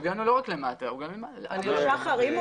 אם הוא